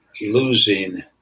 losing